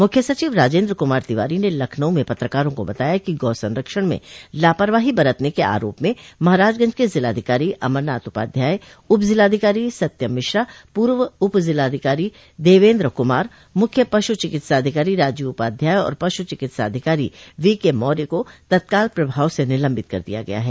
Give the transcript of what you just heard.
मुख्य सचिव राजेन्द्र कुमार तिवारी ने लखनऊ में पत्रकारों को बताया कि गौ संरक्षण में लापरवाही बरतने को आरोप म महाराजगंज के जिलाधिकारी अमरनाथ उपाध्याय उपजिलाधिकारी सत्यम मिश्रा पूर्व उपजिलाधिकारी देवेन्द्र कुमार मुख्य पशु चिकित्साधिकारी राजीव उपाध्याय और पशु चिकित्साधिकारी वीकेमौर्य को तत्काल प्रभाव से निलंबित कर दिया गया है